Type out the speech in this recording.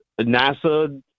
NASA